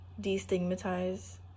destigmatize